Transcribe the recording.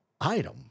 item